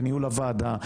וניהול הוועדה,